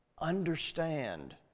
Understand